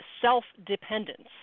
self-dependence